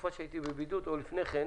שבתקופה שהייתי בבידוד, אולי עוד לפני כן,